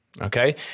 Okay